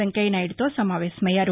వెంకయ్యనాయుడుతో నమావేశమ్య్యారు